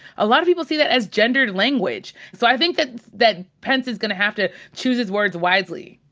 a lotta people see that as gender language. so i think that that pence is gonna have to choose his words wisely.